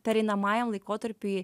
pereinamajam laikotarpiui